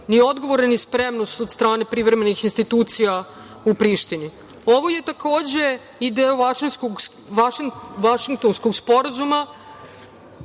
ni odgovore, ni spremnost od strane privremenih institucija u Prištini. Ovo je takođe i deo Vašingtonskog sporazuma